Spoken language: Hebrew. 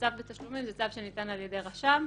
כשצו בתשלומים זה צו שניתן על ידי רשם,